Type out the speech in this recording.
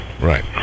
Right